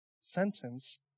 sentence